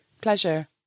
Pleasure